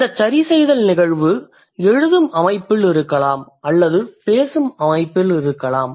இந்தச் சரிசெய்தல் நிகழ்வு எழுதும் அமைப்பில் இருக்கலாம் அல்லது பேசும் அமைப்பில் இருக்கலாம்